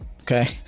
Okay